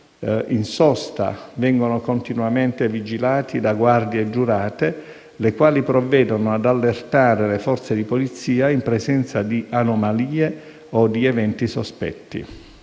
in sosta vengono continuamente vigilati da guardie giurate, le quali provvedono ad allertare le forze di polizia in presenza di anomalie o di eventi sospetti.